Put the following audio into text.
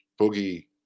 Boogie